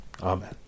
Amen